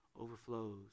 overflows